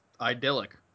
idyllic